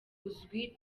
uzwi